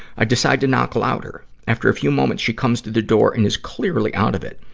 i decide to knock louder. after a few moments, she comes to the door and is clearly out of it.